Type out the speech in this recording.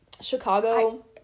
Chicago